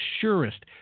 surest